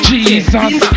Jesus